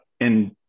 And-